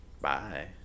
Bye